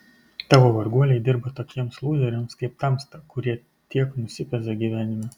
tavo varguoliai dirba tokiems lūzeriams kaip tamsta kurie tiek nusipeza gyvenime